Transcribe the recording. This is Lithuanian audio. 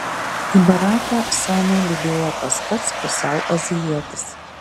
į baraką sonią lydėjo tas pats pusiau azijietis